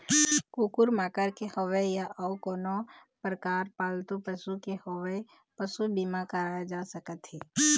कुकुर माकर के होवय या अउ कोनो परकार पालतू पशु के होवय पसू बीमा कराए जा सकत हे